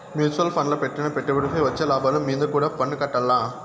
mutual ఫండ్ల పెట్టిన పెట్టుబడిపై వచ్చే లాభాలు మీంద కూడా పన్నుకట్టాల్ల